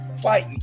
Fight